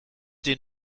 dir